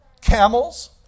camels